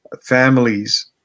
families